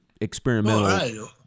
experimental